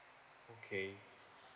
okay